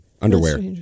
Underwear